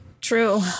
True